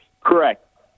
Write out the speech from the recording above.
Correct